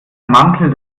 mantel